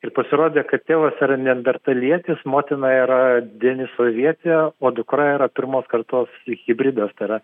ir pasirodė kad tėvas yra neandertalietis motina yra denisovietė o dukra yra pirmos kartos hibridas tai yra